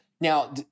Now